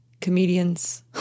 comedians